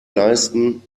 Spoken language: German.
leisten